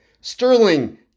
Sterling